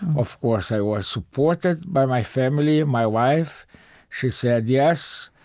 of course, i was supported by my family, and my wife she said, yes,